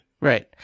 Right